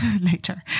later